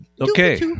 Okay